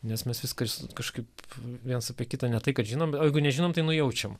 nes mes viską kažkaip vienas apie kitą ne tai kad žinom o jeigu nežinom tai nujaučiam